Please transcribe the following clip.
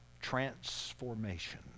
Transformation